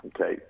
Okay